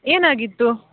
ಏನಾಗಿತ್ತು